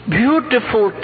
beautiful